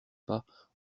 pas